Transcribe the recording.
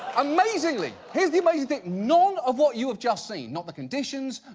amazingly, here's the amazing thing. none of what you have just seen, not the conditions,